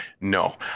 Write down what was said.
no